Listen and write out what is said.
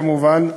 כמובן,